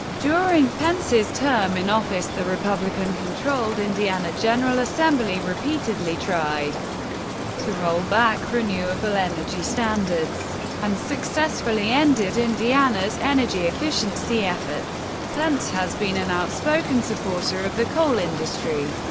during pence's term in office, the republican-controlled indiana general assembly repeatedly tried to roll back renewable energy standards and successfully ended indiana's energy efficiency efforts. pence has been an outspoken supporter of the coal industry,